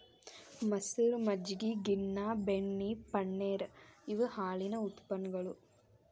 ಮಸರ, ಮಜ್ಜಗಿ, ಗಿನ್ನಾ, ಬೆಣ್ಣಿ, ಪನ್ನೇರ ಇವ ಹಾಲಿನ ಉತ್ಪನ್ನಗಳು